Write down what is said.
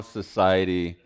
society